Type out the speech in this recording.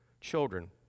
children